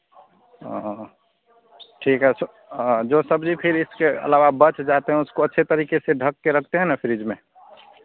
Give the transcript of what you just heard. ओ ठीक है तो जो सब्जी फिर इसके अलाबवा बच जाते हैं उसको अच्छी तरीके ढक के रखते हैं ना फ्रीज में